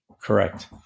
Correct